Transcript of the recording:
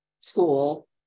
school